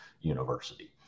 university